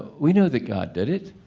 we know that god did it,